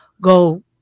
go